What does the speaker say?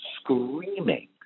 screaming